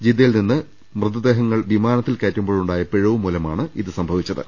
ജിദ്ദയിൽ നിന്ന് മൃതദേഹങ്ങൾ വിമാനത്തിൽ കയറ്റുമ്പോഴുണ്ടായ പിഴവ് മൂലമാണ് ഇത് സംഭവിച്ചത്